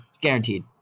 Guaranteed